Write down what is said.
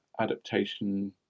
adaptation